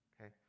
okay